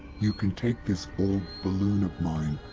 you can take this old balloon of mine.